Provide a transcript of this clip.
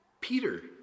Peter